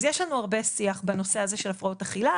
אז יש לנו הרבה שיח בנושא הזה של הפרעות אכילה,